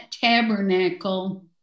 tabernacle